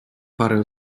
parę